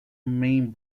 main